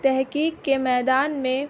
تحقیق کے میدان میں